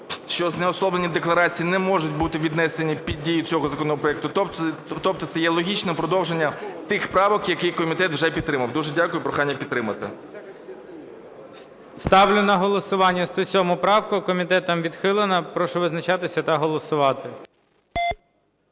що знеособлені декларації не можуть бути віднесені під дію цього законопроекту. Тобто це є логічним продовженням тих правок, які комітет вже підтримав. Дуже дякую. Прохання підтримати. ГОЛОВУЮЧИЙ. Ставлю на голосування 107 правку. Комітетом відхилена. Прошу визначатися та голосувати.